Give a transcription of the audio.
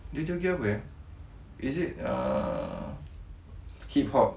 dia joget apa eh is it uh hip hop